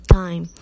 time